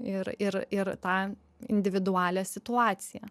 ir ir ir tą individualią situaciją